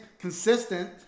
consistent